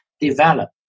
develop